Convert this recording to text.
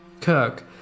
Kirk